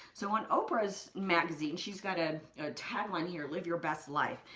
so on oprah's magazine, she's got a tagline here, live your best life.